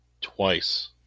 twice